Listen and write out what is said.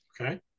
Okay